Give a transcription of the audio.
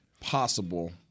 possible